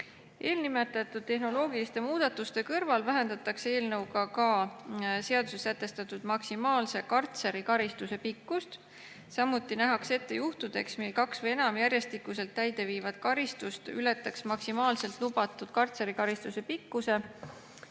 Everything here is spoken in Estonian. Eelnimetatud tehnoloogiliste muudatuste kõrval vähendatakse eelnõuga seaduses sätestatud maksimaalse kartserikaristuse pikkust. Samuti nähakse ette juhtudeks, mil kaks või enam järjestikuselt täideviidavat karistust ületaks maksimaalselt lubatud kartserikaristuse pikkuse,